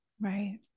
Right